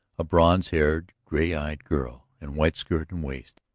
a bronze-haired, gray-eyed girl in white skirt and waist,